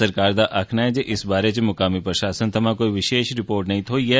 सरकार दा आक्खना ऐ जे इस बारै च म्कामी प्रशासन थमां कोई विशेष रिपोर्ट नेई मिली ऐ